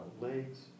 legs